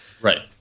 right